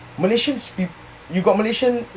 malaysian people you got malaysian